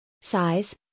Size